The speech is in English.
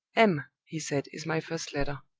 m, he said, is my first letter.